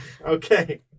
Okay